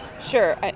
Sure